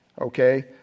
Okay